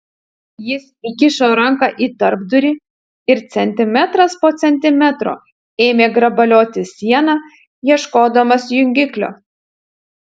jis įkišo ranką į tarpdurį ir centimetras po centimetro ėmė grabalioti sieną ieškodamas jungiklio